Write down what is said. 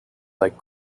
like